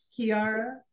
Kiara